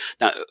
Now